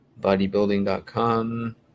Bodybuilding.com